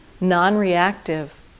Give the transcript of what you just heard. non-reactive